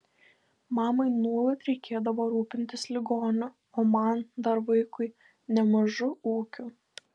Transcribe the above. mamai nuolat reikėdavo rūpintis ligoniu o man dar vaikui nemažu ūkiu